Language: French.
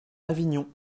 avignon